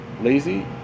lazy